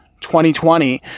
2020